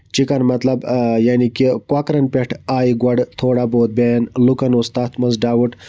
chicken مطلب یعنے کہِ کۄکرن پٮ۪ٹھ آیہِ گۄڈٕ تھوڑا بہت بٮ۪ن لُکَن اوس تَتھ منٛز ڈاوُٹ